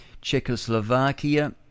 Czechoslovakia